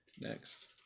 next